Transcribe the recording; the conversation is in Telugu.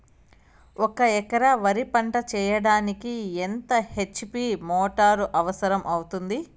ఒక ఎకరా వరి పంట చెయ్యడానికి ఎంత హెచ్.పి మోటారు అవసరం అవుతుంది?